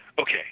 okay